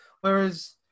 Whereas